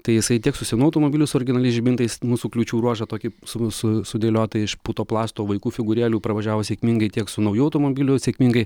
tai jisai tiek su senu automobiliu su originaliais žibintais mūsų kliūčių ruožą tokį su su sudėliotą iš putoplasto vaikų figūrėlių pravažiavo sėkmingai tiek su nauju automobiliu sėkmingai